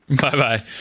Bye-bye